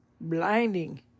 blinding